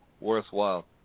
worthwhile